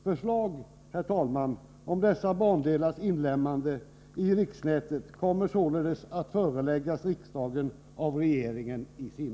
Förslag, herr talman, om dessa bandelars inlemmande i riksnätet kommer således att i sinom tid föreläggas riksdagen av regeringen.